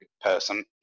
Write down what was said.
person